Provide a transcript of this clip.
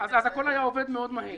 אז הכול היה עובד מהר מאוד.